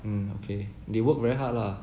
um okay they work very hard lah